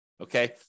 okay